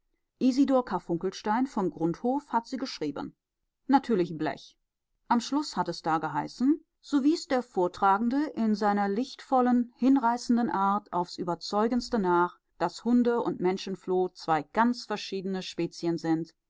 isidor karfunkelstein vom grundhof hat sie geschrieben natürlich blech am schluß hat es da geheißen so wies der vortragende in seiner lichtvollen hinreißenden art aufs überzeugendste nach daß hunde und menschenfloh zwei ganz verschiedene spezien sind